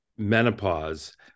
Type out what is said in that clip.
menopause